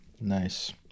Nice